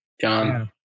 John